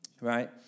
right